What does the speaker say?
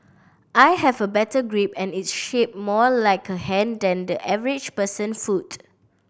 I have a better grip and it's shaped more like a hand than the average person foot